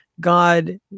God